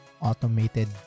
automated